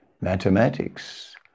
mathematics